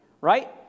Right